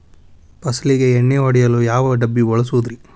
ಫಸಲಿಗೆ ಎಣ್ಣೆ ಹೊಡೆಯಲು ಯಾವ ಡಬ್ಬಿ ಬಳಸುವುದರಿ?